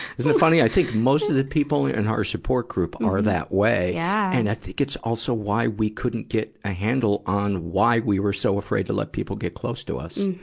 isn't it funny? i think most of the people in our support group are that way. yeah and i think it's also why we couldn't get a handle on why we were so afraid to let people get close to us.